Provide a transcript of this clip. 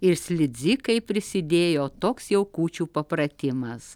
ir slidzikai prisidėjo toks jau kūčių papratimas